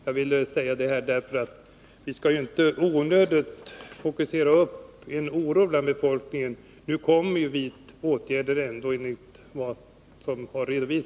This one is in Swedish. Jag ville säga detta, därför att vi inte onödigtvis skall öka oron hos befolkningen. Nu kommer ändå aktiva åtgärder att vidtas.